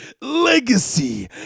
legacy